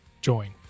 Join